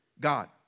God